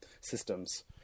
systems